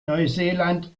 neuseeland